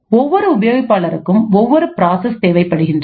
ஒவ்வொரு உபயோகிப்பாளருக்கும் ஒவ்வொரு பிராசஸ் தேவைப்படுகிறது